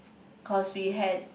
cause we had